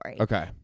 Okay